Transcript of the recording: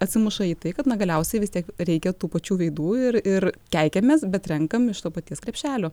atsimuša į tai kad na galiausiai vis tiek reikia tų pačių veidų ir ir keikiamės bet renkam iš to paties krepšelio